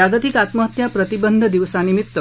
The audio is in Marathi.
जागतीक आत्महत्या प्रतिबंध दिवसा निमित्त